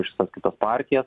už visas kitas partijas